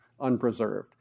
unpreserved